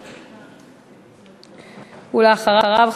ואחריו,